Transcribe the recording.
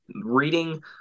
reading